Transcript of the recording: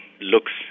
looks